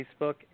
Facebook